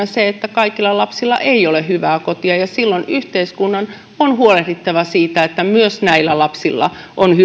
se että kaikilla lapsilla ei ole hyvää kotia ja silloin yhteiskunnan on huolehdittava siitä että myös näillä lapsilla on